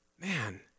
man